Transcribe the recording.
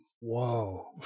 Whoa